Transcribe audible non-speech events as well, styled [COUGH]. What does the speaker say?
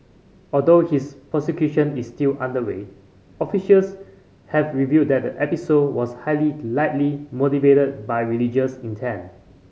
although his prosecution is still underway officials have revealed that the episode was highly [UNINTELLIGIBLE] likely motivated by religious intent